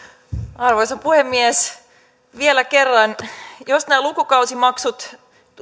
arvoisa puhemies vielä kerran jos nämä lukukausimaksut